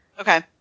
Okay